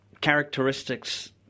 characteristics